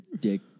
dick